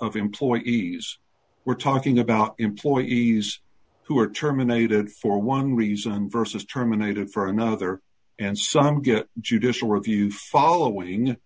of employees we're talking about employees who are terminated for one reason versus terminated for another and some get judicial review following